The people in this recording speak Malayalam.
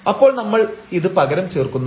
അപ്പോൾ നമ്മൾ ഇത് പകരം ചേർക്കുന്നു